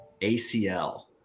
ACL